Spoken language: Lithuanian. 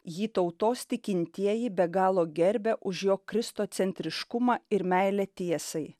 jį tautos tikintieji be galo gerbia už jo kristocentriškumą ir meilę tiesai